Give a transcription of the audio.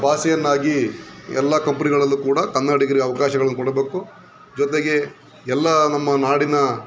ಭಾಷೆಯನ್ನಾಗಿ ಎಲ್ಲ ಕಂಪನಿಗಳಲ್ಲೂ ಕೂಡ ಕನ್ನಡಿಗರಿಗೆ ಅವಕಾಶಗಳನ್ನು ಕೊಡಬೇಕು ಜೊತೆಗೆ ಎಲ್ಲ ನಮ್ಮ ನಾಡಿನ